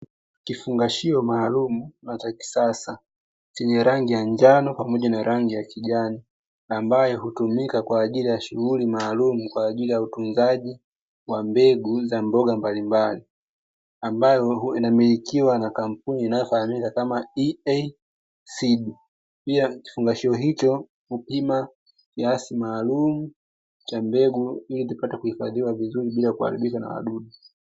Kifungashio maalumu na cha kisasa chenye rangi ya chano pamoja na rangi ya kijani ambayo hutumika kwa ajili ya shughuli maalumu kwa ajili ya utunzaji wa mbegu za mboga mbalimbali ambayo inamilikiwa na kampuni inayofahamika kama EASEED. Pia kifungashio hicho hupima kiasi maalumu cha mbegu ili kupata kuhifadhiwa vizuri bila kuharibika na wadudu.